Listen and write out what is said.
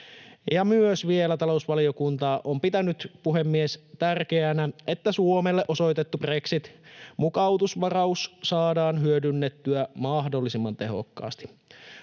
Ja vielä talousvaliokunta on myös pitänyt, puhemies, tärkeänä, että Suomelle osoitettu brexit-mukautusvaraus saadaan hyödynnettyä mahdollisimman tehokkaasti.